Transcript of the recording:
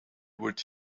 would